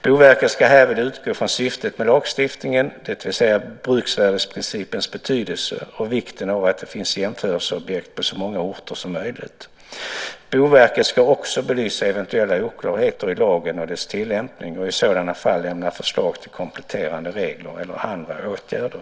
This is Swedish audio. Boverket ska härvid utgå från syftet med lagstiftningen, det vill säga bruksvärdesprincipens betydelse och vikten av att det finns jämförelseobjekt på så många orter som möjligt. Boverket ska också belysa eventuella oklarheter i lagen och dess tillämpning och i sådana fall lämna förslag till kompletterande regler eller andra åtgärder.